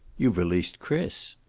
you've released chris.